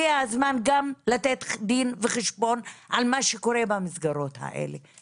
והגיע הזמן גם לתת דין וחשבון על מה שקורה במסגרות האלה.